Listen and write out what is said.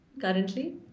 currently